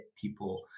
people